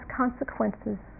consequences